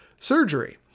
surgery